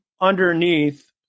underneath